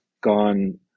gone